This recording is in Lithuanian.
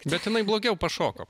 bet jinai blogiau pašoko